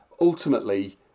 ultimately